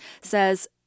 says